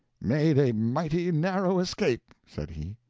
made a mighty narrow escape, said he.